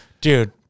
dude